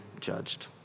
judged